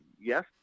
Yes